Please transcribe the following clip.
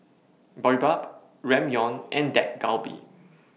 Boribap Ramyeon and Dak Galbi